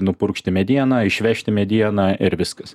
nupurkšti medieną išvežti medieną ir viskas